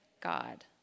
God